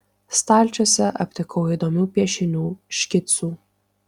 stalčiuose aptikau įdomių piešinių škicų